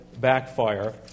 backfire